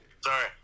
Sorry